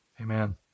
Amen